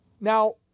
Now